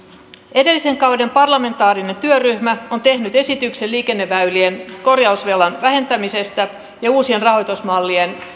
edellisen kauden parlamentaarinen työryhmä on tehnyt esityksen liikenneväylien korjausvelan vähentämisestä ja uusien rahoitusmallien